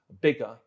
bigger